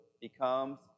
becomes